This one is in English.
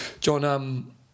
John